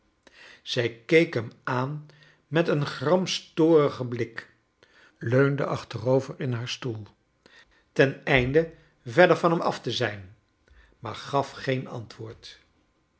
zij keek hem aan met een gramstorigen blik leunde achterover in haar stoel ten einde verder van hem af te zijn maar gaf geen antwoord